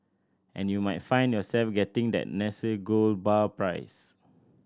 and you might find yourself getting that Nestle gold bar prize